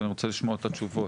ואני רוצה לשמוע את התשובות.